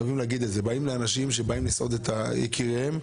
מדובר באנשים שבאים לסעוד את יקיריהם.